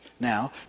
Now